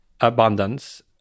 abundance